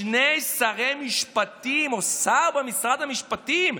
שני שרי משפטים או שר במשרד המשפטים.